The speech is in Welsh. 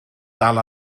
dal